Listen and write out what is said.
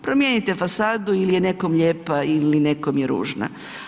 Promijenite fasadu ili je nekom lijepa ili nekom je ružna.